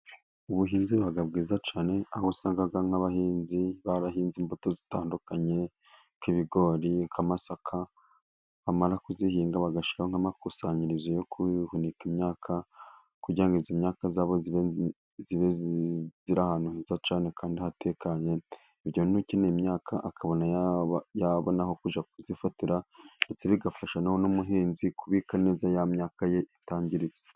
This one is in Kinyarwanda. Ubuhinzi buba bwiza cyane, aho usanga nk'abahinzi barahinze imbuto zitandukanye, nk'ibigori, nk'amasaka. Bamara kuzihinga, bagashyiraho nk'amakusanyirizo yo guhunika imyaka, kugira ngo iyo myaka zabo zibe ziri ahantu heza cyane kandi hatekanye. Kugira ngo n’ukeneye imyaka, abone aho kujya kuzifatira. Ndetse bigafasha n'umuhinzi kubika neza ya myaka ye, itangiritse.